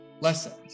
lessons